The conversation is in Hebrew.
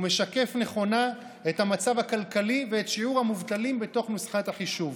הוא משקף נכונה את המצב הכלכלי ואת שיעור המובטלים בתוך נוסחת החישוב.